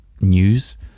news